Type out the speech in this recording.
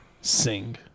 sing